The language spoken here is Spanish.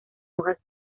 hojas